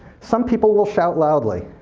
some people will shout loudly.